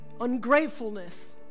ungratefulness